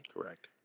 Correct